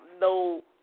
no